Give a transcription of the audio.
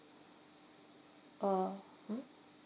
uh hmm